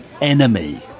enemy